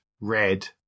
red